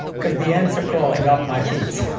cause the ants are crawling up my feet!